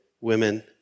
women